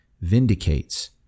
vindicates